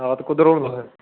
ते आं कुद्धर ओ हून तुस